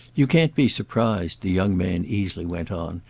you can't be surprised, the young man easily went on,